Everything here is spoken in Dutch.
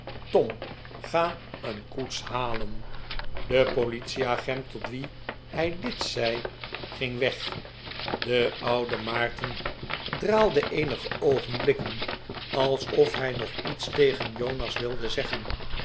tom ga een koets halen de politieagent tot wien hij dit zei ging weg de oude maarten draalde eenige oogenblikken alsof hij nog iets tegen jonas wilde zeggen